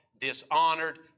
dishonored